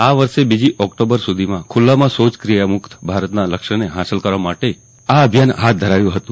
આ વર્ષે બીજી ઓકટોબર સુધીમાં ખુલ્લામાં શોચક્રિયા મુક્ત ભારતના લક્ષ્યને હાંસલ કરવા માટે આ અભિયાન હાથ ધરાયું છે